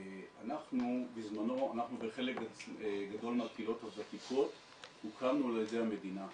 אנחנו וחלק גדול מהקהילות הוותיקות הוקמנו על ידי המדינה.